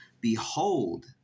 Behold